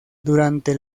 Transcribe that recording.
durante